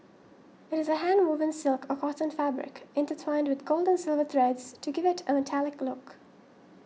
it is a handwoven silk or cotton fabric intertwined with gold and silver threads to give it a metallic look